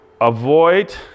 avoid